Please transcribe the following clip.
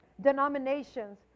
denominations